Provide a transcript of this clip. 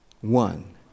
One